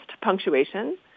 punctuation